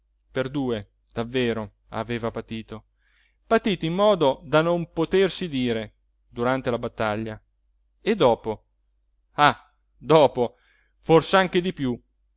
per due davvero aveva patito patito in modo da non potersi dire durante la battaglia e dopo ah dopo fors'anche piú